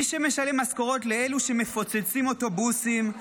מי שמשלם משכורות לאלו שמפוצצים אוטובוסים,